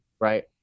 right